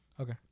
Okay